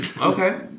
okay